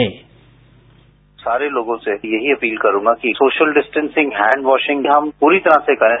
sound bite सारे लोगों से यहीं अपील करूंगा कि सोशल डिस्टेंसिंगस हैंड वॉसिंग हम पूरी तरह से करें